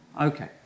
Okay